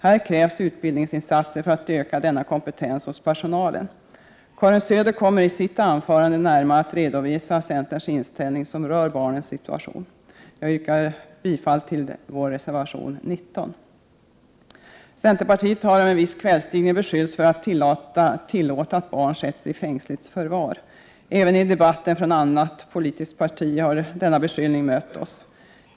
Här behövs utbildningsinsatser för att man skall öka denna Centerpartiet har av en viss kvällstidning beskyllts för att vi skulle tillåta att barn sätts i fängsligt förvar. Även i debatten från annat politiskt parti har denna beskyllning mött oss.